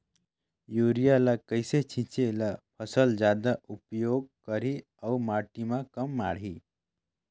Urea ल कइसे छीचे ल फसल जादा उपयोग करही अउ माटी म कम माढ़ही?